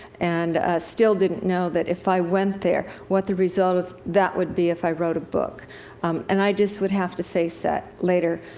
and still didn't know that if i went there, what the result of that would be, if i wrote a book and i just would have to face that later,